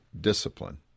discipline